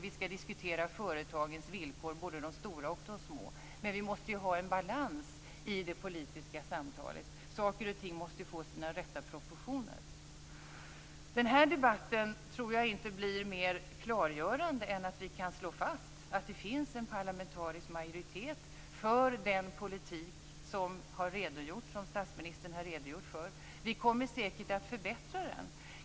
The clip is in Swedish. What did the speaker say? Vi skall diskutera företagens villkor, både de stora företagens och de små, men vi måste ha en balans i det politiska samtalet. Saker och ting måste få sina rätta proportioner. Den här debatten tror jag inte blir mer klargörande än att vi kan slå fast att det finns en parlamentarisk majoritet för den politik som statsministern har redogjort för. Vi kommer säkert att förbättra den.